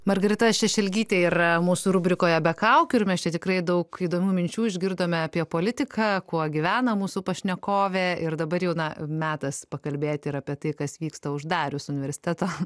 margarita šešelgytė yra mūsų rubrikoje be kaukių ir mes čia tikrai daug įdomių minčių išgirdome apie politiką kuo gyvena mūsų pašnekovė ir dabar jau na metas pakalbėt ir apie tai kas vyksta uždarius universiteto